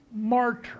martyr